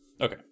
Okay